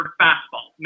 fastball